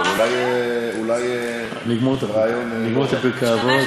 אבל אולי רעיון נגמור את פרקי אבות.